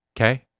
Okay